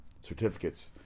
certificates